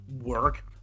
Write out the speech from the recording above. work